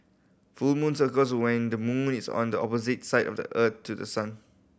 full moons occurs when the moon is on the opposite side of Earth to the sun